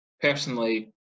Personally